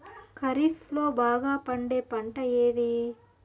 ఖరీఫ్ లో బాగా పండే పంట ఏది?